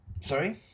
Sorry